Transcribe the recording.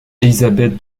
élisabeth